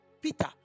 Peter